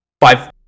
five